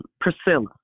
Priscilla